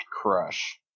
crush